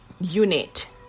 unit